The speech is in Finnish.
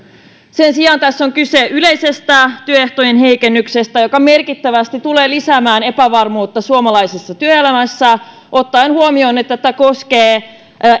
sen sijaan tässä on kyse yleisestä työehtojen heikennyksestä joka merkittävästi tulee lisäämään epävarmuutta suomalaisessa työelämässä ottaen huomioon että tämä koskee